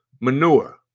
manure